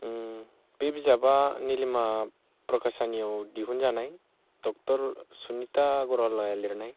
बे बिजाबा निलिमा प्रकासनियाव दिहुनजानाय डक्ट'र सुनिता आगरवालाया लिरनाय